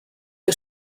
que